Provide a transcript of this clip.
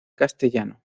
castellano